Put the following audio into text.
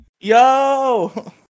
Yo